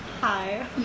Hi